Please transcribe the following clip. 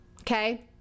Okay